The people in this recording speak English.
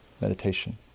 meditation